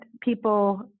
people